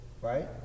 Right